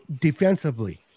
defensively